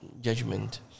judgment